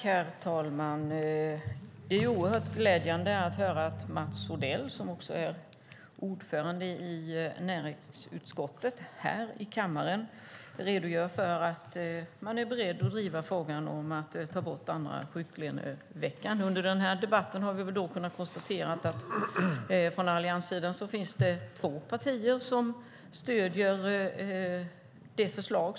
Herr talman! Det är oerhört glädjande att här i kammaren höra Mats Odell, som också är ordförande i näringsutskottet, redogöra för att man är beredd att driva frågan om att ta bort andra sjuklöneveckan. Under den här debatten har vi konstaterat att det från allianssidan finns två partier som stöder vårt förslag.